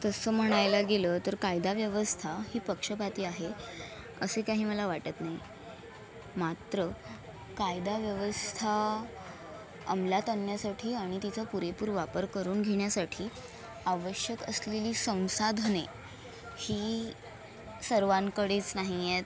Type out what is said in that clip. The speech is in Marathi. तसं म्हणायला गेलं तर कायदा व्यवस्था ही पक्षपाती आहे असे काही मला वाटत नाही मात्र कायदा व्यवस्था अमलात आणण्यासाठी आणि तिचा पुरेपूर वापर करून घेण्यासाठी आवश्यक असलेली संसाधने ही सर्वांकडेच नाही आहेत